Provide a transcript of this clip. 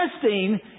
testing